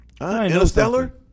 Interstellar